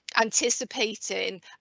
anticipating